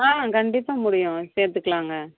ஆ கண்டிப்பாக முடியும் சேர்த்துக்கலாங்க